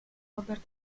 robert